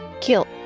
kill